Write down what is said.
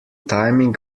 timing